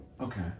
Okay